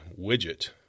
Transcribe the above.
widget